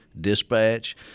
dispatch